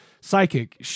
Psychic